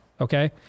okay